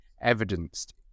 evidenced